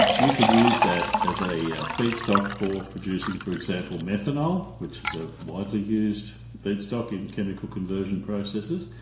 you can use that as a a feedstock for producing, for example, methanol which is a widely used feedstock in chemical conversion processes.